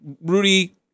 Rudy